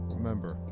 Remember